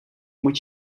moet